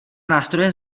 nástroje